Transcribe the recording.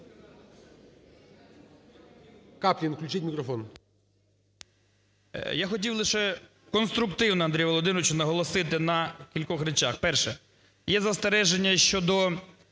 Капліну включіть мікрофон.